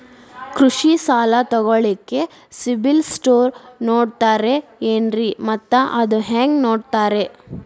ಕೃಷಿ ಸಾಲ ತಗೋಳಿಕ್ಕೆ ಸಿಬಿಲ್ ಸ್ಕೋರ್ ನೋಡ್ತಾರೆ ಏನ್ರಿ ಮತ್ತ ಅದು ಹೆಂಗೆ ನೋಡ್ತಾರೇ?